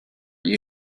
you